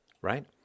right